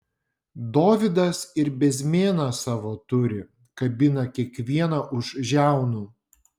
dovydas ir bezmėną savo turi kabina kiekvieną už žiaunų